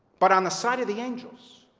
but on the side of the angels.